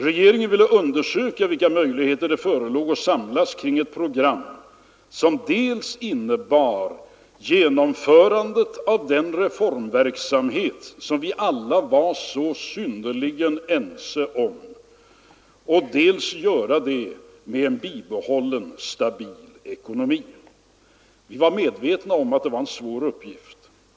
Regeringen ville undersöka vilka möjligheter det förelåg att samarbeta om de program som innebar genomförande av de reformer som vi alla är synnerligen ense om att genomföra — och göra det med en bibehållen stabil ekonomi. Vi var medvetna om att det var en svår uppgift.